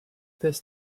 this